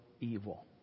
evil